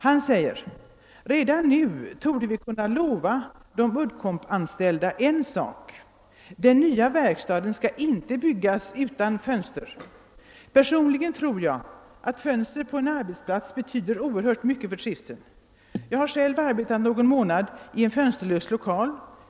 Han säger: »Redan nu torde vi kunna lova de Uddcomb-anställda en sak: Den nya verkstaden skall inte byggas utan fönster. Personligen tror jag fönster på en arbetsplats betyder oerhört mycket för trivseln. Jag har själv arbetat någon månad i en fönsterlös lokal.